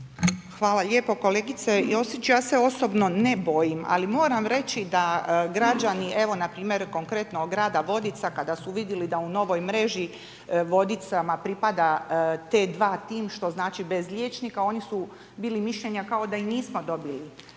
Hvala lijepo. Kolegica Josić, ja se osobno ne bojim ali moram reći da građani evo npr. konkretno grada Vodica kada su vidjeli da u novoj mreži Vodicama pripada t2 tim, što znači bez liječnika, oni su bili mišljenja kao da i nismo dobili